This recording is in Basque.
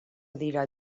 dira